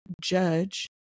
judge